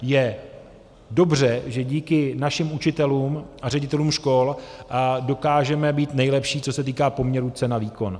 Je dobře, že díky našim učitelům a ředitelům škol dokážeme být nejlepší, co se týká poměru cena výkon.